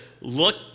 look